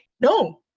No